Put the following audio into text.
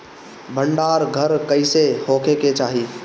भंडार घर कईसे होखे के चाही?